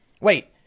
wait